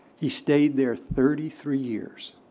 he stayed there thirty three years,